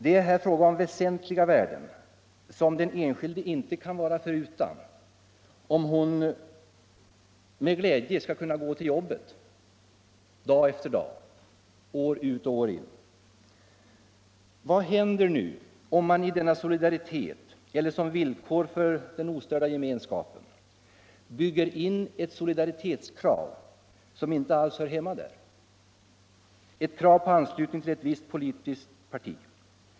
Det är här fråga om väsentliga värden, som den enskilde inte kan vara förutan, om hon med glädje skall kunna gå till jobbet dag efter dag, år ut och år in. Vad händer nu om man i denna solidaritet eller som villkor för den 35 ostörda gemenskapen bygger in ett solidaritetskrav som inte alls hör hemma där — ett krav på anslutning till ett visst politiskt parti?